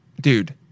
dude